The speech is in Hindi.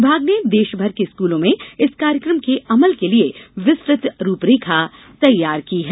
विभाग ने देशभर के स्कूलों में इस कार्यक्रम के अमल के लिए विस्तृत रूपरेखा तैयार की है